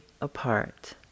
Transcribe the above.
apart